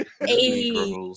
Hey